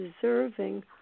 deserving